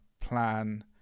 plan